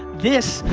this.